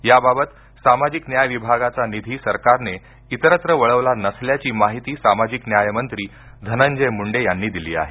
याबाबत सामाजिक न्याय विभागाचा निधी सरकारने इतरत्र वळवला नसल्याची माहिती सामाजिक न्यायमंत्री धनंजय मुंडे यांनी दिली आहे